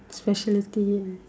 speciality yeah